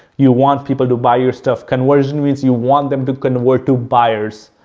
you want people to buy your stuff. conversion means you want them to convert to buyers.